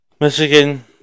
Michigan